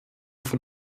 von